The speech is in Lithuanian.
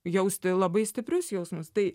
jausti labai stiprius jausmus tai